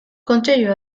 kontseilu